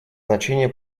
значение